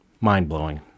mind-blowing